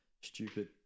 stupid